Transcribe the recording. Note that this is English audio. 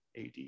AD